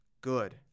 good